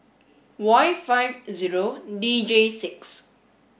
Y five zero D J six